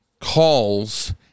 calls